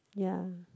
ya